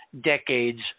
decades